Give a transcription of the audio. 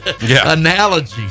analogy